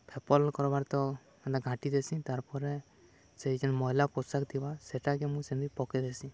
ଫେପଲ୍ କର୍ବାର୍ ତକ୍ ଏନ୍ତା ଘାଟିଦେସି ତାର୍ପରେ ସେ ଯେନ୍ ମଏଲା ପୋଷାକ୍ ଥିବା ସେଟାକେ ମୁଁ ସେନେ ପକେଇ ଦେସିଁ